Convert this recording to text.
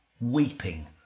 Weeping